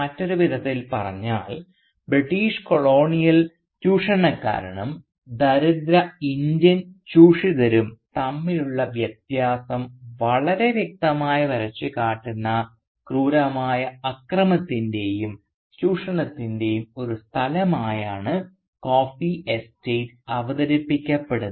മറ്റൊരു വിധത്തിൽ പറഞ്ഞാൽ ബ്രിട്ടീഷ് കൊളോണിയൽ ചൂഷണക്കാരനും ദരിദ്ര ഇന്ത്യൻ ചൂഷിതരും തമ്മിലുള്ള വ്യത്യാസം വളരെ വ്യക്തമായി വരച്ചുകാട്ടുന്ന ക്രൂരമായ അക്രമത്തിൻറെയും ചൂഷണത്തിൻറെയും ഒരു സ്ഥലമായാണ് കോഫി എസ്റ്റേറ്റ് അവതരിപ്പിക്കപ്പെടുന്നത്